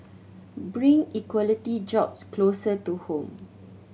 bring quality jobs closer to home